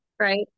Right